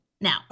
Now